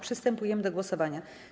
Przystępujemy do głosowania.